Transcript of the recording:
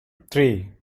three